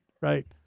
right